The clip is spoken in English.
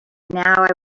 now